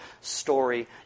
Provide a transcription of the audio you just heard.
story